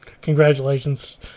congratulations